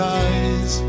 eyes